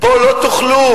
פה לא תוכלו,